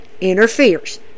interferes